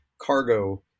cargo